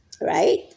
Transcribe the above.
Right